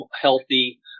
healthy